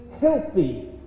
healthy